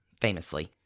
famously